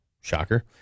Shocker